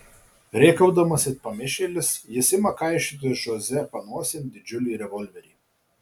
rėkaudamas it pamišėlis jis ima kaišioti žoze panosėn didžiulį revolverį